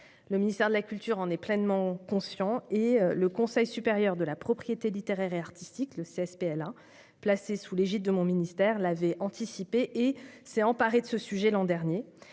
Le ministère de la culture en est pleinement conscient et le Conseil supérieur de la propriété littéraire et artistique (CSPLA), placé sous l'égide de mon ministère, s'est emparé de ce sujet l'an dernier,